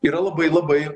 yra labai labai